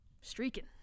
streaking